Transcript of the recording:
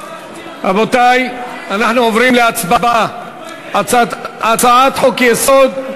רבותי, אנחנו עוברים להצבעה על הצעת חוק-יסוד: